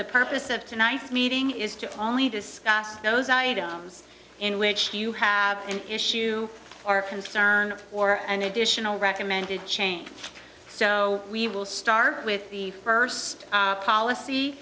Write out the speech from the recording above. the purpose of tonight's meeting is to only discuss those items in which hugh have an issue or concern or an additional recommended change so we will start with the first policy